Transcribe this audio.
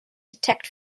detect